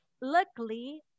luckily